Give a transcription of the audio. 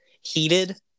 Heated